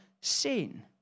sin